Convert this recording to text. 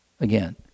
again